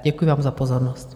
Děkuji vám za pozornost.